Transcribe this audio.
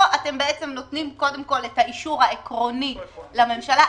פה אתם בעצם נותנים קודם כול את האישור העקרוני לממשלה.